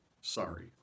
Sorry